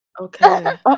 Okay